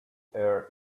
err